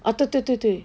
oh 对对对对